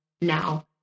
now